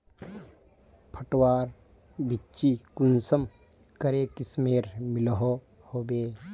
पटवार बिच्ची कुंसम करे किस्मेर मिलोहो होबे?